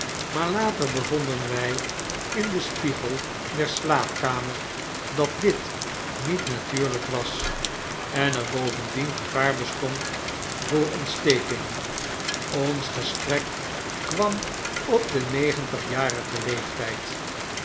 maar later bevonden wy in den spiegel der slaapkamer dat dit niet natuurlijk was en er bovendien gevaar bestond voor ontsteking ons gesprek kwam op den negentigjarigen leeftyd